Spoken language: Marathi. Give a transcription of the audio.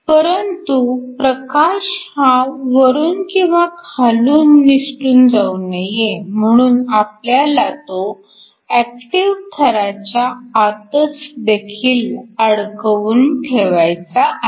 परंतु प्रकाश हा वरून किंवा खालून निसटून जाऊ नये म्हणून आपल्याला तो ऍक्टिव्ह थराच्या आतच देखील अडकवून ठेवायचा आहे